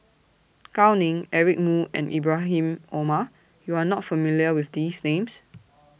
Gao Ning Eric Moo and Ibrahim Omar YOU Are not familiar with These Names